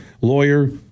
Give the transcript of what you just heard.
lawyer